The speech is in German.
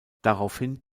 daraufhin